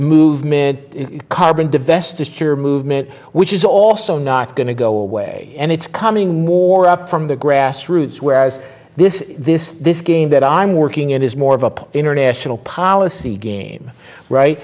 movement carbon divestiture movement which is also not going to go away and it's coming more up from the grassroots whereas this this this game that i'm working in is more of a international policy game